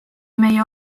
meie